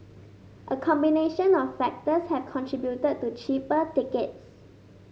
a combination of factors have contributed to cheaper tickets